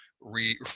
re